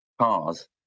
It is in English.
cars